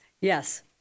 yes